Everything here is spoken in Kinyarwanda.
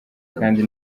kandi